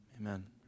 Amen